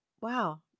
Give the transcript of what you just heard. wow